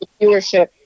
viewership